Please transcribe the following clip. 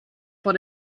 vor